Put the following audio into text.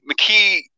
McKee